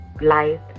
life